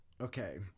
Okay